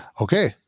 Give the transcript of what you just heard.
Okay